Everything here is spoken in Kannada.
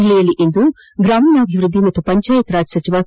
ಜಲ್ಲೆಯಲ್ಲಿಂದು ಗ್ರಾಮೀಣಾಭವೃದ್ಧಿ ಮತ್ತು ಪಂಚಾಯತ್ ರಾಜ್ ಸಚಿವ ಕೆ